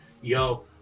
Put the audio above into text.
yo